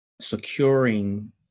securing